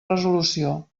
resolució